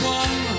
one